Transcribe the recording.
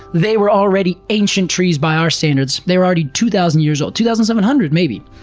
they were already ancient trees by our standards they were already two thousand years old, two thousand seven hundred maybe.